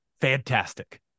fantastic